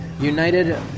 United